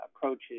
approaches